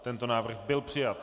Tento návrh byl přijat.